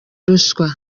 ruswa